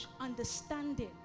understanding